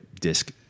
disc